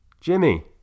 Jimmy